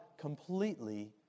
completely